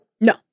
No